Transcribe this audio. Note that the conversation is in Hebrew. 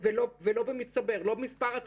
בערב יכול להיות שאני אקבל שלושה מסרונים